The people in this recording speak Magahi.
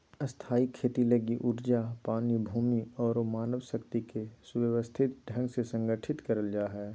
स्थायी खेती लगी ऊर्जा, पानी, भूमि आरो मानव शक्ति के सुव्यवस्थित ढंग से संगठित करल जा हय